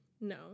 No